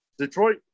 Detroit